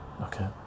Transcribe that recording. okay